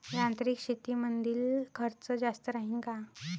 यांत्रिक शेतीमंदील खर्च जास्त राहीन का?